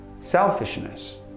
Selfishness